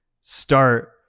start